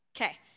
Okay